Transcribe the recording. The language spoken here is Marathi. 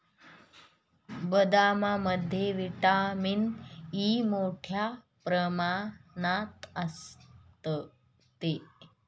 बदामामध्ये व्हिटॅमिन ई मोठ्ठ्या प्रमाणात असते